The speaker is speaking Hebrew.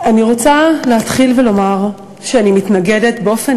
אני רוצה להתחיל ולומר שאני מתנגדת באופן